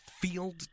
field